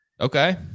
Okay